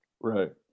right